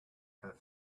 had